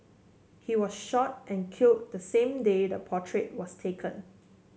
he was shot and killed the same day the portrait was taken